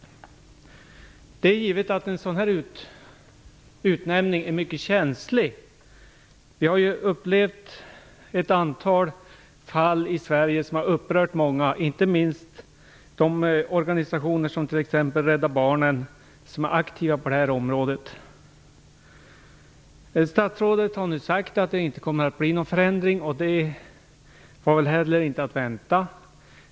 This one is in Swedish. Det är givet att en sådan utnämning är mycket känslig. Vi har upplevt ett antal fall i Sverige som har upprört många - inte minst organisationer som t.ex. Rädda Barnen, som är aktiv på detta område. Statsrådet har nu sagt att det inte kommer att bli någon förändring, och det var väl heller inte att vänta.